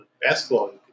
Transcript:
Basketball